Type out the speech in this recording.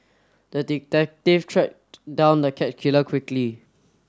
the detective tracked down the cat killer quickly